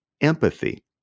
empathy